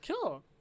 Cool